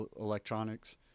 electronics